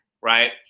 right